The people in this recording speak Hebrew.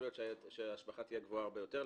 להיות שההשבחה תהיה גבוהה הרבה יותר,